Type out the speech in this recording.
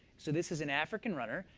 so this is an african runner,